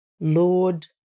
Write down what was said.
Lord